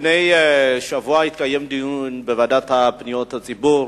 לפני שבוע התקיים דיון בוועדת פניות הציבור.